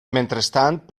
mentrestant